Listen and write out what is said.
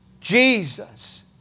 Jesus